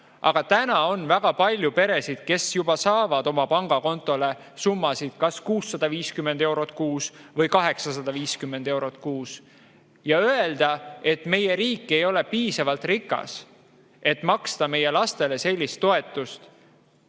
Aga on väga palju peresid, kes juba saavad oma pangakontole summasid kas 650 eurot kuus või 850 eurot kuus. Ja öelda, et meie riik ei ole piisavalt rikas, et maksta meie lastele sellist toetust